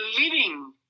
living